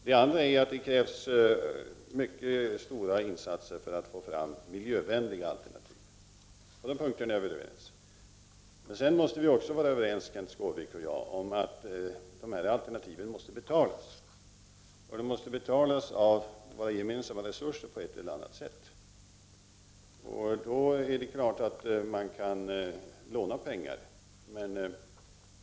Den andra är att det krävs mycket stora insatser för att få fram miljövänliga alternativ. På dessa punkter är vi således överens. Sedan måste vi också vara överens, Kenth Skårvik och jag, om att dessa alternativ skall betalas. De måste betalas av våra gemensamma resurser på ett eller annat sätt. Man kan naturligtvis låna pengar.